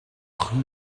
rue